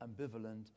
ambivalent